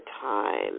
time